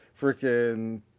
freaking